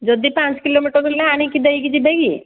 ଯଦି ପାଞ୍ଚ କିଲୋମିଟର ହେଲେ ଆଣିକି ଦେଇକି ଯିବେ କି